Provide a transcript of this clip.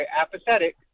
apathetic